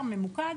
ממוקד,